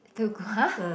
to [huh]